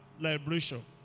liberation